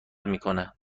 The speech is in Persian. میکنه